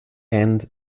end